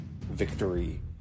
victory